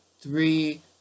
three